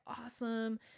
awesome